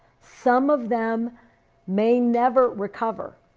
some of them may never recover.